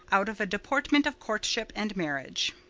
out of a deportment of courtship and marriage.